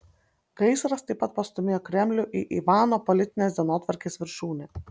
gaisras taip pat pastūmėjo kremlių į ivano politinės dienotvarkės viršūnę